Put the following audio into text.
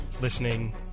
listening